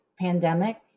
pandemic